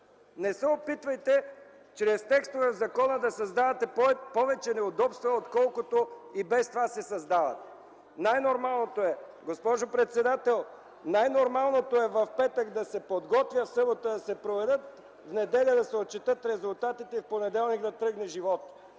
Не се опитвайте чрез текстове в закона да създавате повече неудобства, отколкото и без това се създават. Госпожо председател, най-нормалното е в петък да се подготвя, в събота да се проведат, а в неделя да се отчетат резултатите, и в понеделник да тръгне животът.